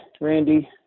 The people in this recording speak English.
Randy